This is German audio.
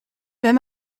wenn